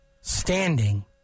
standing